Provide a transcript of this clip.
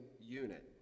unit